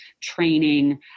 training